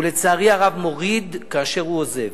הוא לצערי הרב מוריד כאשר הוא עוזב.